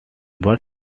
but